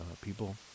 people